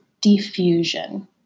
diffusion